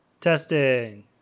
Testing